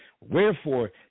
Wherefore